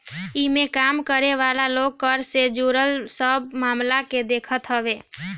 इमें काम करे वाला लोग कर से जुड़ल सब मामला के देखत हवे